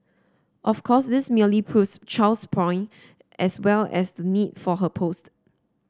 of course this merely proves Chow's point as well as the need for her post